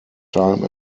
time